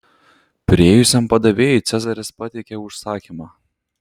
priėjusiam padavėjui cezaris pateikė užsakymą